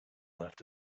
left